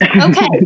Okay